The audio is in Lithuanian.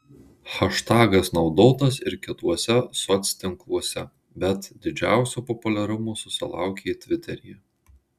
haštagas naudotas ir kituose soctinkluose bet didžiausio populiarumo susilaukė tviteryje